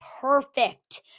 perfect